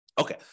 Okay